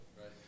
right